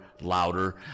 louder